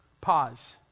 pause